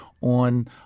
on